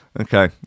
okay